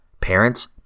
Parents